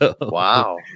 Wow